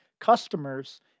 customers